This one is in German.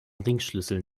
ringschlüssel